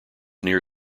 near